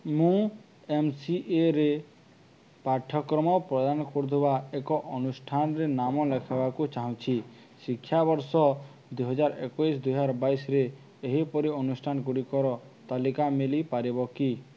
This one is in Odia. ମୁଁ ଏମ୍ସିଏରେ ପାଠ୍ୟକ୍ରମ ପ୍ରଦାନ କରୁଥିବା ଏକ ଅନୁଷ୍ଠାନରେ ନାମ ଲେଖାଇବାକୁ ଚାହୁଁଛି ଶିକ୍ଷାବର୍ଷ ଦୁଇହଜାର ଏକୋଇଶି ଦୁଇହଜାର ବାଇଶିରେ ଏହିପରି ଅନୁଷ୍ଠାନ ଗୁଡ଼ିକର ତାଲିକା ମିଳିପାରିବ କି